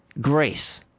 grace